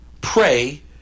Pray